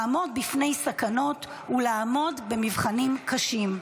לעמוד בפני סכנות ולעמוד במבחנים קשים.